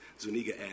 Zuniga